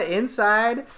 inside